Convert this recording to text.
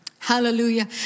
Hallelujah